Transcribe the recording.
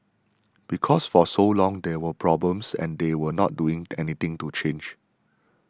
because for so long there were problems and they were not doing anything to change